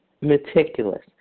meticulous